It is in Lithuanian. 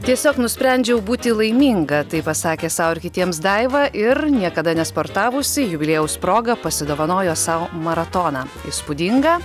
tiesiog nusprendžiau būti laiminga tai pasakė sau ir kitiems daiva ir niekada nesportavusi jubiliejaus proga pasidovanojo sau maratoną įspūdingą